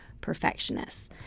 perfectionists